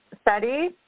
study